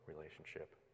relationship